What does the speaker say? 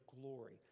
glory